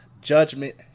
Judgment